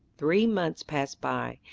three months passed by.